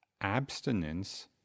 abstinence